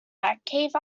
batcave